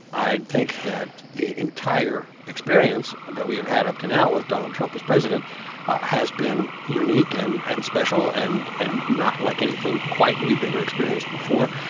i think that the entire experience that we have had up to now with donald trump as president has been unique and and special and and not like anything quite we've ever experienced before.